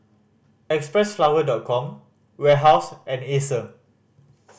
Xpressflower Dot Com Warehouse and Acer